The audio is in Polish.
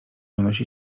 unosi